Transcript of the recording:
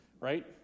right